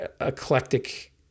eclectic